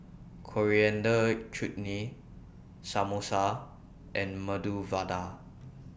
Coriander Chutney Samosa and Medu Vada